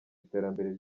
iterambere